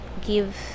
give